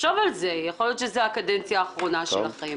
תחשוב על זה- יכול להיות שזו הקדנציה האחרונה שלכם.